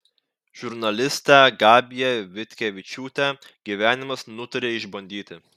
žurnalistę gabiją vitkevičiūtę gyvenimas nutarė išbandyti